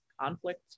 conflict